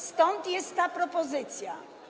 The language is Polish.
Stąd jest ta propozycja.